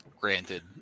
Granted